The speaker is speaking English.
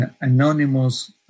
anonymous